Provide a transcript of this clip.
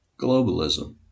globalism